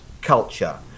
culture